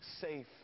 safe